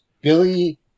Billy